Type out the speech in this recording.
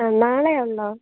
ആ നാളെ ഉണ്ടോ